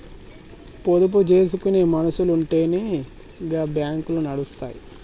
పొదుపు జేసుకునే మనుసులుంటెనే గా బాంకులు నడుస్తయ్